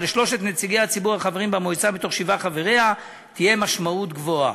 שלשלושת נציגי הציבור החברים במועצה מתוך שבעת חבריה תהיה משמעות רבה.